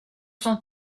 son